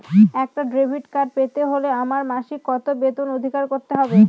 একটা debit card পেতে হলে আমার মাসিক কত বেতনের অধিকারি হতে হবে?